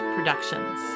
Productions